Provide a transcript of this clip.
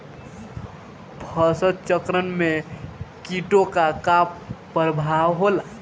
फसल चक्रण में कीटो का का परभाव होला?